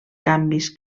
canvis